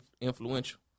influential